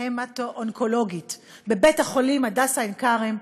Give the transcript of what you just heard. ההמטו-אונקולוגית בבית-החולים "הדסה עין-כרם"